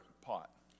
pot